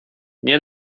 nie